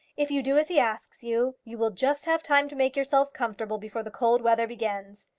if you do as he asks you, you will just have time to make yourselves comfortable before the cold weather begins.